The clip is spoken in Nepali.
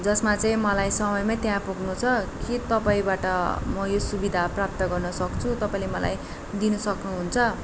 जसमा चाहिँ मलाई समयमै त्यहाँ पुग्नु छ के तपाईँबाट म यो सुविधा प्राप्त गर्न सक्छु तपाईँले मलाई दिनु सक्नुहुन्छ